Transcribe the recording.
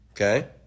Okay